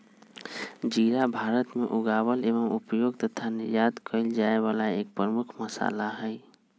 जीरा भारत में उगावल एवं उपयोग तथा निर्यात कइल जाये वाला एक प्रमुख मसाला हई